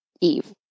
Eve